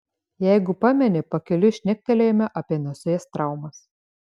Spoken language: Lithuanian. jeigu pameni pakeliui šnektelėjome apie nosies traumas